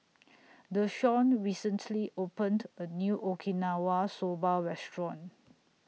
Dashawn recently opened A New Okinawa Soba Restaurant